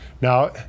Now